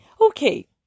Okay